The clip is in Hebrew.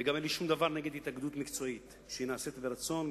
וגם אין לי שום דבר נגד התאגדות מקצועית שנעשית ברצון,